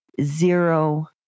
zero